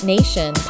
Nation